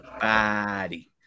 body